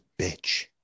bitch